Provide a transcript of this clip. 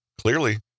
Clearly